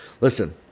Listen